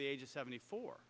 the age of seventy four